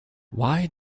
why